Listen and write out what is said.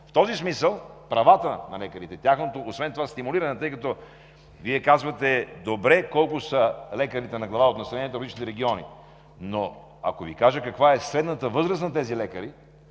В този смисъл правата на лекарите, освен това тяхното стимулиране, тъй като Вие казвате: добре, колко са лекарите на глава от населението в различните региони… Но ако Ви кажа каква е средната възраст на тези лекари,